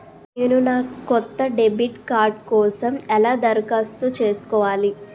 నేను నా కొత్త డెబిట్ కార్డ్ కోసం ఎలా దరఖాస్తు చేసుకోవాలి?